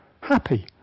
happy